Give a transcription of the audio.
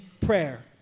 prayer